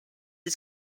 his